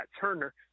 Turner